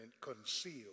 concealed